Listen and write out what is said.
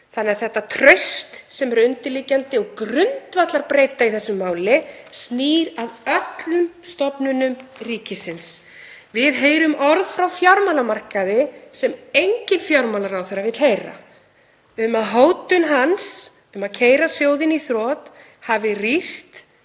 okkar? Þetta traust sem er undirliggjandi og grundvallarbreyta í þessu máli snýr að öllum stofnunum ríkisins. Við heyrum orð frá fjármálamarkaði sem enginn fjármálaráðherra vill heyra, um að hótun hans um að keyra sjóðinn í þrot hafi rýrt